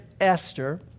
Esther